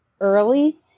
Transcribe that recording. early